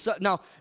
now